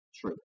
true